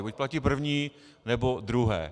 Buď platí první, nebo druhé!